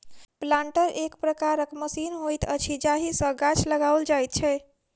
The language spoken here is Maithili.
प्लांटर एक प्रकारक मशीन होइत अछि जाहि सॅ गाछ लगाओल जाइत छै